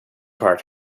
part